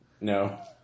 No